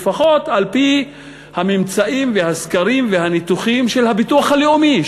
לפחות על-פי הממצאים והסקרים והניתוחים של הביטוח הלאומי,